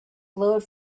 glowed